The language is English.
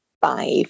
five